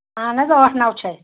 اَہن حظ ٲٹھ نَو چھَے